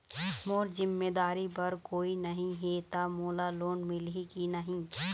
मोर जिम्मेदारी बर कोई नहीं हे त मोला लोन मिलही की नहीं?